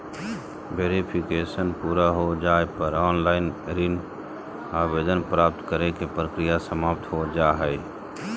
verification पूरा हो जाय पर ऑनलाइन ऋण आवेदन प्राप्त करे के प्रक्रिया समाप्त हो जा हय